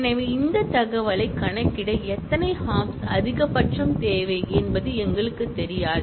எனவே இந்த தகவலைக் கணக்கிட எத்தனை ஹாப்ஸ் அதிகபட்சம் தேவைப்படும் என்பது எங்களுக்குத் தெரியாது